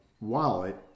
wallet